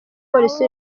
polisi